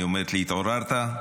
היא אומרת לי: התעוררת?